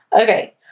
okay